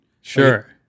sure